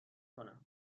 کنم